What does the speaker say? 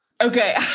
okay